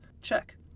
Check